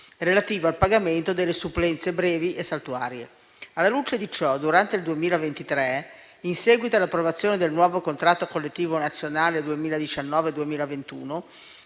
relativo al pagamento delle supplenze brevi e saltuarie. Alla luce di ciò, durante il 2023, in seguito all'approvazione del nuovo contratto collettivo nazionale 2019-2021,